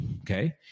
Okay